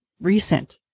recent